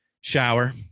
Shower